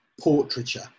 portraiture